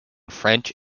french